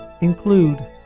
include